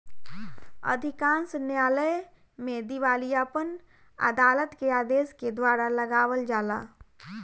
अधिकांश न्यायालय में दिवालियापन अदालत के आदेश के द्वारा लगावल जाला